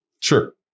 Sure